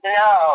no